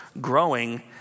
growing